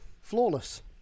flawless